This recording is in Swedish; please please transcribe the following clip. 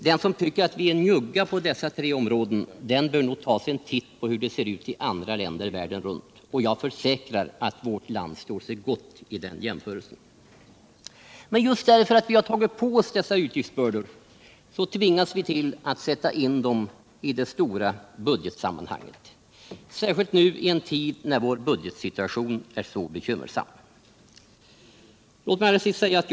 Den som tycker att vi är njugga på dessa tre områden bör nog ta sig en titt på hur det ser ut i andra länder världen runt. Jag försäkrar att vårt land står sig gott i den jämförelsen. Men just därför att vi tagit på oss dessa utgiftsbördor tvingas vi till att sätta in dem i det stora budgetsammanhanget, särskilt nu i en tid när vår budgetsituation är så bekymmersam.